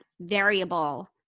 variable